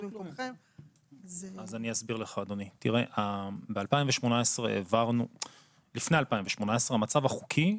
לפני 2018 המצב החוקי,